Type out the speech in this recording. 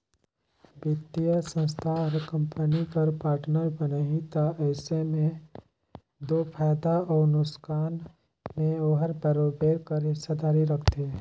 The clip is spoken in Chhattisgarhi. बित्तीय संस्था हर कंपनी कर पार्टनर बनही ता अइसे में दो फयदा अउ नोसकान में ओहर बरोबेर कर हिस्सादारी रखथे